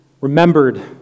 remembered